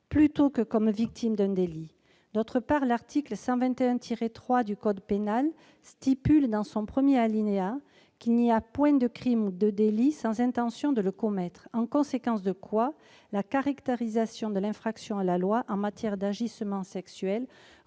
plutôt que comme victimes d'un délit. L'article 121-3 du code pénal dispose, dans son premier alinéa, qu'« il n'y a point de crime ou de délit sans intention de le commettre », en conséquence de quoi la caractérisation de l'infraction à la loi en matière d'agissements sexuels reconnaît